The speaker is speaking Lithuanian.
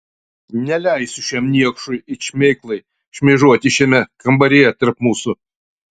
neleisiu šiam niekšui it šmėklai šmėžuoti šiame kambaryje tarp mūsų